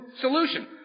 solution